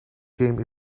game